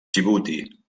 djibouti